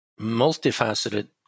multifaceted